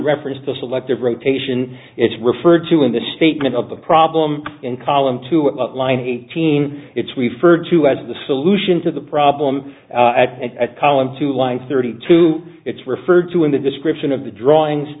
reference the selective rotation is referred to in the statement of the problem in column two line eighteen it's referred to as the solution to the problem at column two lines thirty two it's referred to in the description of the drawings